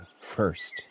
first